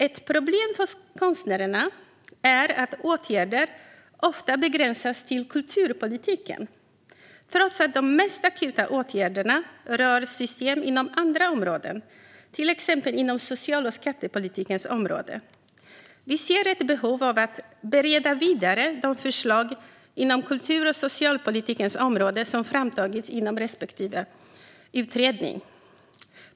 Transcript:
Ett problem för konstnärerna är att åtgärder ofta begränsas till kulturpolitiken trots att de mest akuta åtgärderna rör system inom andra områden, till exempel inom social och skattepolitiken. Vi ser ett behov av att vidare bereda de förslag inom kultur och socialpolitikens område som framtagits inom respektive utredning.